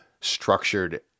structured